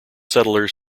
settlers